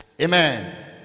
amen